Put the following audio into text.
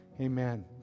Amen